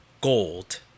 gold